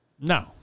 No